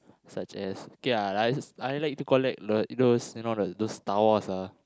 such as okay lah like I like to collect like those you know like those Star-Wars ah